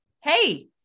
Hey